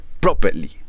properly